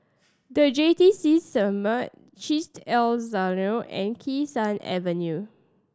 The J T C Summit Chesed El Synagogue and Kee Sun Avenue